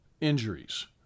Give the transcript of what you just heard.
injuries